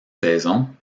saison